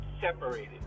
separated